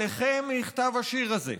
עליכם נכתב השיר הזה: